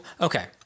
okay